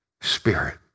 Spirit